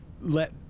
let